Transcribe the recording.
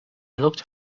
locked